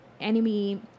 enemy